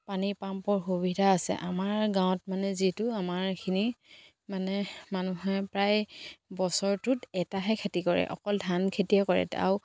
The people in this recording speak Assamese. পানীৰ পাম্পৰ সুবিধা আছে আমাৰ গাঁৱত মানে যিটো আমাৰখিনি মানে মানুহে প্ৰায় বছৰটোত এটাহে খেতি কৰে অকল ধান খেতিয়ে কৰে আৰু